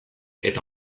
eta